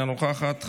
אינה נוכחת,